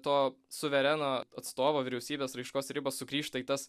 to suvereno atstovo vyriausybės raiškos ribos sugrįžta į tas